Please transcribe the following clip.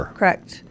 correct